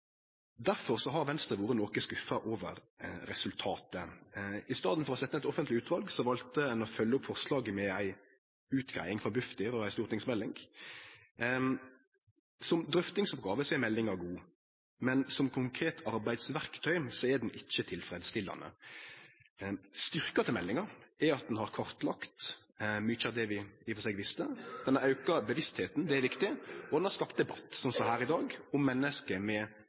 Derfor har Venstre vore noko skuffa over resultatet. I staden for å setje ned eit offentleg utval valde ein å følgje opp forslaget med ei utgreiing frå Bufdir og ei stortingsmelding. Som drøftingsoppgåve er meldinga god, men som konkret arbeidsverktøy er ho ikkje tilfredsstillande. Styrken til meldinga er at ho har kartlagt mykje av det vi i og for seg visste. Ho har auka bevisstheita, det er riktig. Ho har skapt debatt – slik som her i dag – om menneske med